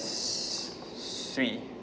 it's swee